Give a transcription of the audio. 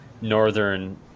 northern